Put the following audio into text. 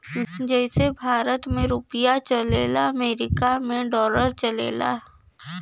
जइसे भारत मे रुपिया चलला अमरीका मे डॉलर चलेला